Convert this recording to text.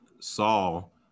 Saul